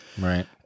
Right